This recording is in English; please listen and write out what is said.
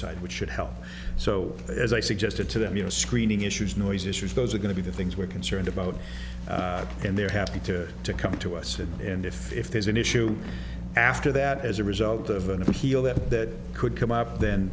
side which should help so as i suggested to them you know screening issues noise issues those are going to be the things we're concerned about and they're happy to to come to us and if if there's an issue after that as a result of an appeal that could come up then